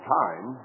time